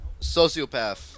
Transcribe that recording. Sociopath